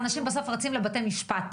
ואנשים כרגע רצים לבתי משפט.